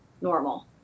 normal